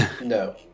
No